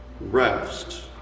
rest